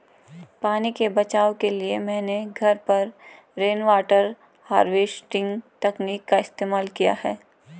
पानी के बचाव के लिए मैंने घर पर रेनवाटर हार्वेस्टिंग तकनीक का इस्तेमाल किया है